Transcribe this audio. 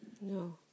No